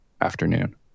afternoon